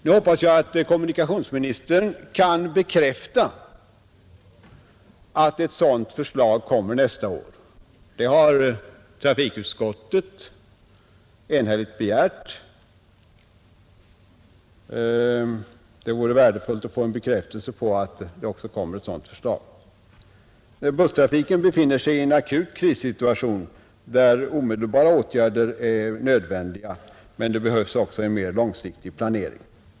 Nu hoppas jag att kommunikationsministern kan bekräfta att ett sådant förslag kommer nästa år. Det har trafikutskottet enhälligt begärt. Det vore värdefullt att få en bekräftelse på att det också kommer ett sådant förslag. Busstrafiken befinner sig i en akut krissituation, där omedelbara åtgärder är nödvändiga, men det behövs också en mera långsiktig planering.